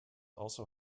also